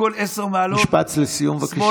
הכול עשר מעלות, משפט לסיום, בבקשה.